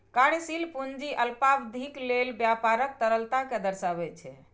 कार्यशील पूंजी अल्पावधिक लेल व्यापारक तरलता कें दर्शाबै छै